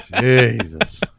Jesus